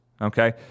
okay